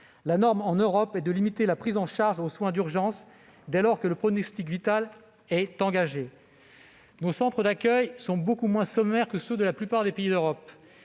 La norme en Europe est de limiter la prise en charge aux soins d'urgence, dès lors que le pronostic vital est engagé. Nos centres d'accueil sont beaucoup moins sommaires que ceux de la plupart des pays d'Europe.